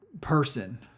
person